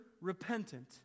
repentant